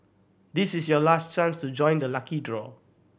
this is your last chance to join the lucky draw